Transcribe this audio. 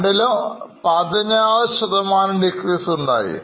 രണ്ടിലും 16 Decrease ഉണ്ടായി